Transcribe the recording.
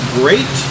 great